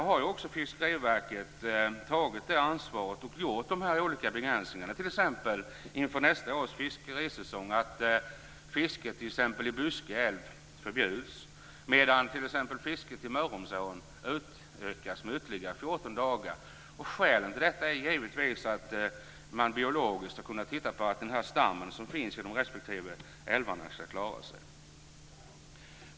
Fiskeriverket har tagit sitt ansvar och infört olika begränsningar. Inför nästa års fiskerisäsong förbjuds t.ex. fisket i Byske älv, medan fisket i Mörrumsån utökas med 14 dagar. Skälen till detta är givetvis de olika stammarnas biologiska möjligheter att klara sig i respektive älvar.